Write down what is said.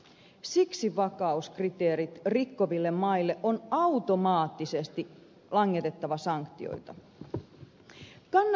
siksi vakauskriteerit rikkoville maille on automaattisesti langetettava sanktioita